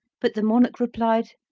but the monarch replied,